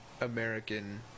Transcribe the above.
American